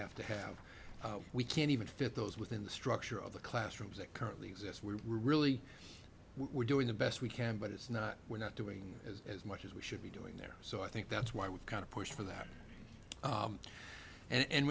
have to have we can even fit those within the structure of the classrooms that currently exist we really were doing the best we can but it's not we're not doing as much as we should be doing there so i think that's why we've kind of pushed for that and